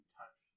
touch